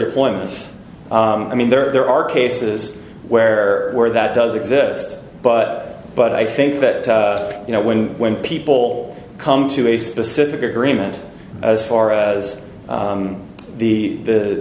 deployments i mean there are there are cases where where that does exist but but i think that you know when when people come to a specific agreement as far as the the